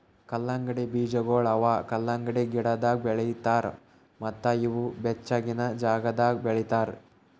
ಕಲ್ಲಂಗಡಿ ಬೀಜಗೊಳ್ ಅವಾ ಕಲಂಗಡಿ ಗಿಡದಾಗ್ ಬೆಳಿತಾರ್ ಮತ್ತ ಇವು ಬೆಚ್ಚಗಿನ ಜಾಗದಾಗ್ ಬೆಳಿತಾರ್